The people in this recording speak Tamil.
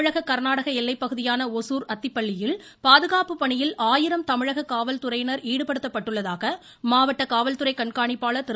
தமிழக கர்நாடக எல்லைப்பகுதியான ஒசூர் அத்திப்பள்ளியில் பாதுகாப்பு பணியில் ஆயிரம் தமிழக காவல்துறையினர் ஈடுபடுத்தப்பட்டுள்ளதாக மாவட்ட காவல்துறை கண்காணிப்பாளர் திரு